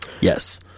Yes